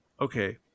Okay